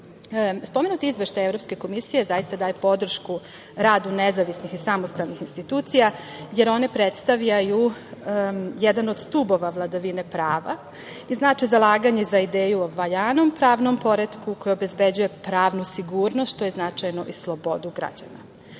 godinu. Spomenuti Izveštaj Evropske komisije zaista daje podršku radu nezavisnih i samostalnih institucija, jer one predstavljaju jedan od stubova vladavine prava i znače zalaganje za ideju o valjanom pravnom poretku, koji obezbeđuje pravnu sigurnost, što je značajno, i slobodu građana. Svojim